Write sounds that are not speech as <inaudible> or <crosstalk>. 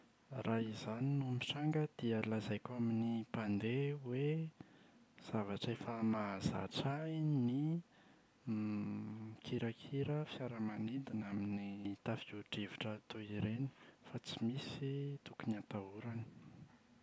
Raha izany no mitranga an dia lazaiko amin’ny mpandeha hoe <hesitation> zavatra efa mahazatra ahy ny <hesitation> mikirakira fiaramanidina amin’ny tafio-drivotra toy ireny fa tsy misy tokony atahorana.